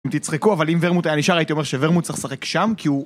אתם תצחקו, אבל אם ורמוט היה נשאר הייתי אומר שוורמוט צריך לשחק שם, כי הוא...